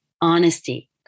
honesty